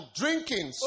drinking